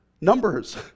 Numbers